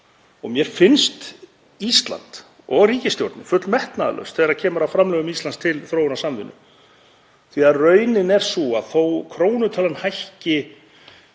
Mér finnst Ísland og ríkisstjórnin full metnaðarlaus þegar kemur að framlögum Íslands til þróunarsamvinnu því að raunin er sú að þó að krónutalan hækki